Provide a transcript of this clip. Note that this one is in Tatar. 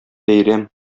бәйрәм